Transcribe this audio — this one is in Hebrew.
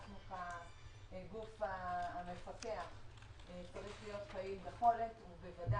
אנחנו כגוף המפקח צריכים להיות פעילים בכל עת.